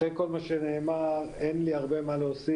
אחרי כל מה שנאמר אין לי הרבה מה להוסיף.